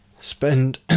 spend